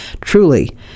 Truly